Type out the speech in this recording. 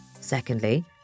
Secondly